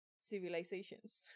civilizations